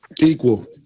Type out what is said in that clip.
Equal